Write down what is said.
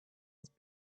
his